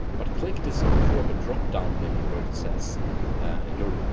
but click this draw a drop down menu where it says your